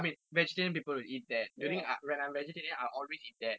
but if I'm non I eat non vegetarian also lah I would still eat that because it's